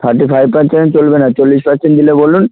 thirty five percent চলবে না চল্লিশ পার্সেন্ট দিলে বলুন